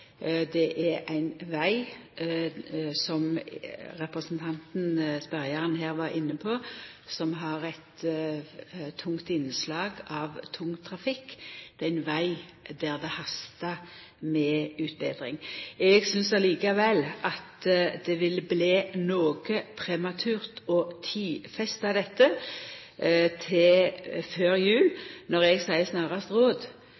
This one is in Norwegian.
er inne på – som har eit tungt innslag av tungtrafikk, og det er ein veg der det hastar med utbetring. Eg synest likevel at det blir noko prematurt å tidfesta dette til før jul. Når eg seier snarast råd,